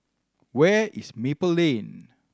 where is Maple Lane